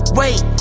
wait